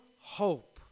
hope